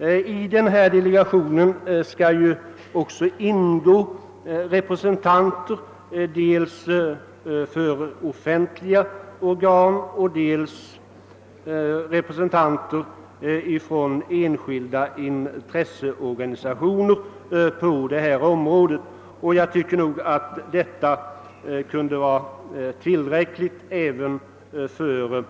I delegationen skall även ingå representanter dels för offentliga organ, dels för enskilda intresseorganisationer på detta område. Jag tycker att detta kunde vara tillräckligt även för